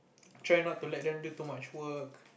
try not to let them do too much work